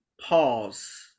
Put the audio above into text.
pause